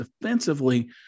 defensively